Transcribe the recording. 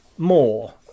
more